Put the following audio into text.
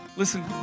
Listen